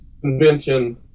convention